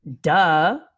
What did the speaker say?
Duh